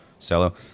cello